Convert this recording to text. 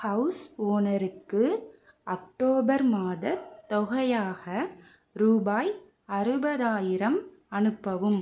house ஓனருக்கு October மாதத் தொகையாக ரூபாய் அறுபதாயிரம் அனுப்பவும்